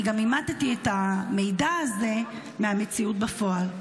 אני גם אימתי את המידע הזה מהמציאות בפועל.